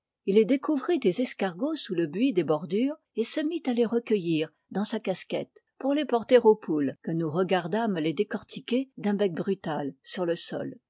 il découvrit des escargots sous le buis des bordures et se mit à les recueillir dans sa casquette pour les porter aux poules que nous regardâmes les décortiquer d'un bec brutal sur le sol